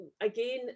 again